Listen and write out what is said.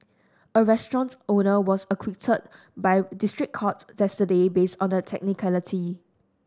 a restaurant owner was acquitted by a district court based on a technicality